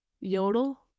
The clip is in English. Yodel